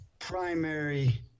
primary